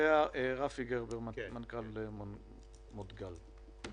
רפי גרבר, מנכ"ל "מודגל".